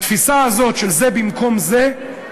התפיסה הזאת, של זה במקום זה,